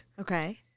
Okay